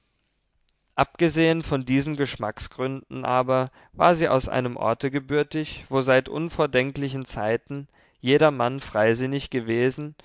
abgesehen von diesen geschmacksgründen aber war sie aus einem orte gebürtig wo seit unvordenklichen zeiten jedermann freisinnig gewesen